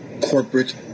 corporate